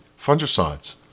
fungicides